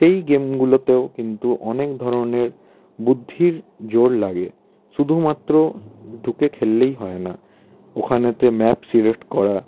সেই গেমগুলোতেও কিন্তু অনেক ধরনের বুদ্ধির জোর লাগে শুধুমাত্র ঢুকে খেললেই হয় না ওখানেতে ম্যাপ সিলেক্ট করা